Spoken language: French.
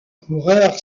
coureur